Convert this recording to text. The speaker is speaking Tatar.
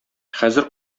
хәзер